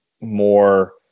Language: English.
more